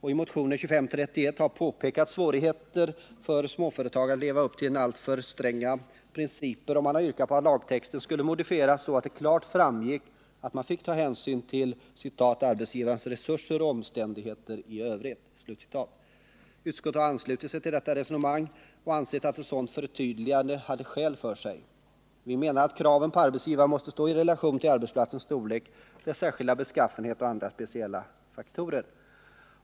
I motionen 2531 har påpekats svårigheterna för småföretagare att leva upp till alltför stränga principer, och man har yrkat på att lagtexten skulle modifieras så att det klart framgick att man fick ta hänsyn till ”arbetsgivarens resurser och omständigheter i övrigt”. Utskottet har anslutit sig till detta resonemang och ansett att ett sådant förtydligande har skäl för sig. Vi menar att kraven på arbetsgivaren måste stå i relation till arbetsplatsens storlek, dess särskilda beskaffenhet och andra speciella faktorer.